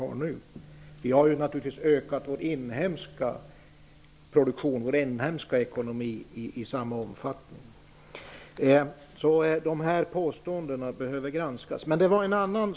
Naturligtvis har vi ökat vår inhemska produktion och ekonomi i samma omfattning. De gjorda påståendena behöver alltså granskas.